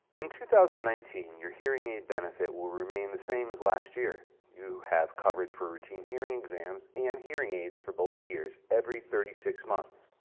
in two thousand and nineteen, your hearing aid benefit will remain the same as last year. you have coverage for routine hearing exams and hearing aids for both ears every thirty six months.